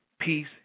peace